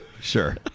Sure